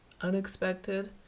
unexpected